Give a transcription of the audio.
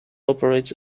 operates